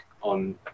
on